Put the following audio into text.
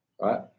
Right